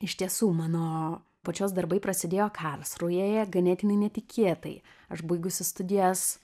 iš tiesų mano pačios darbai prasidėjo karlsrūhėje ganėtinai netikėtai aš baigusi studijas